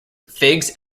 figs